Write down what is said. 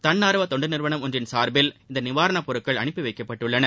தன்னார்வ தொண்டு நிறுவனம் ஒன்றின் சார்பில் இந்த நிவாரணப் பொருட்கள் அனுப்பி வைக்கப்பட்டுள்ளன